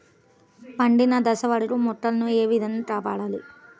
పండిన దశ వరకు మొక్కల ను ఏ విధంగా కాపాడాలి?